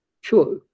Sure